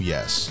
Yes